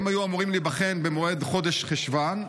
הם היו אמורים להיבחן במועד חודש חשוון,